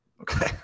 Okay